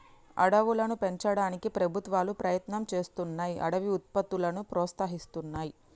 అడవులను పెంచడానికి ప్రభుత్వాలు ప్రయత్నం చేస్తున్నాయ్ అడవి ఉత్పత్తులను ప్రోత్సహిస్తున్నాయి